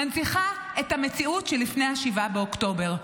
מנציחה את המציאות שלפני 7 באוקטובר,